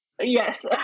yes